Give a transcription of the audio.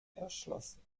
erschlossen